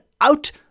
out